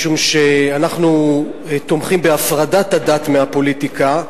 כיוון שאנחנו תומכים בהפרדת הדת מהפוליטיקה,